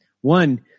one